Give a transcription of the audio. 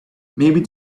maybe